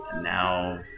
now